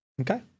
okay